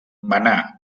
manà